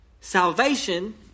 salvation